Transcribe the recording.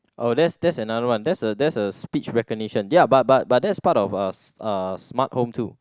oh that's that's another one that's a that's a speech recognition ya but but but that's part of uh uh smart home too